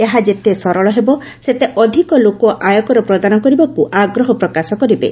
ଏହା ଯେତେ ସରଳ ହେବ ସେତେ ଅଧିକ ଲୋକ ଆୟକର ପ୍ରଦାନ କରିବାକୁ ଆଗ୍ରହ ପ୍ରକାଶ କରିବେ